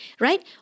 Right